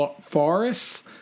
forests